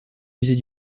musées